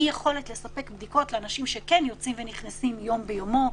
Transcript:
מהיכולת לספק בדיקות של יוצאים ונכנסים יום ביומו,